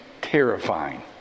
terrifying